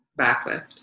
backlift